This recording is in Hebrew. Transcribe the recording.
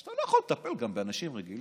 שאתה לא יכול לטפל גם באנשים רגילים,